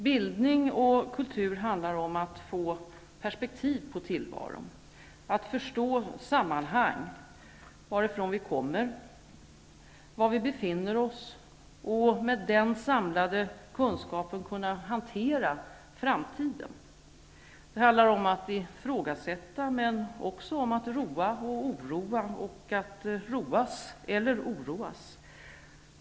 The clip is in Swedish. Bildning och kultur handlar om att få perspektiv på tillvaron och att förstå sammanhang -- varifrån vi kommer, var vi befinner oss. Med den samlade kunskapen kan vi hantera framtiden. Det handlar om att ifrågasätta, men också om att roa och oroa och att roas eller oroas.